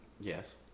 Yes